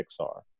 Pixar